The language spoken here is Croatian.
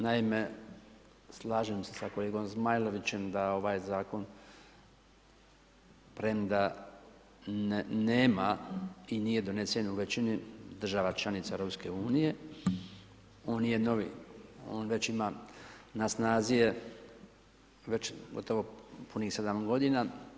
Naime, slažem se sa kolegom Zmajlovićem da ovaj zakon, premda nema i nije donesen u većini država članica EU on nije novi, on već ima, na snazi je već gotovo punih 7 godina.